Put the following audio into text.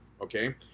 okay